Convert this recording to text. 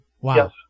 Wow